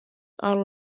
are